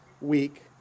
week